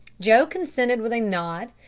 joe consented with a nod,